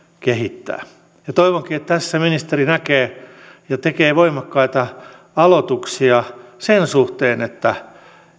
kehittää toivonkin että tässä ministeri näkee ja tekee voimakkaita aloituksia sen suhteen että